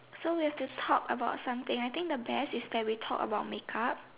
so we'll have to talk about something I think the best is that we talk about make up